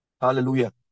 Hallelujah